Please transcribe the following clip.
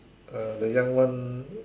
uh the young one